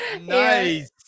Nice